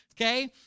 Okay